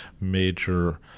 major